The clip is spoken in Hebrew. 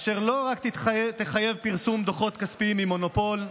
אשר לא רק תחייב פרסום דוחות כספיים של מונופול,